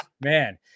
man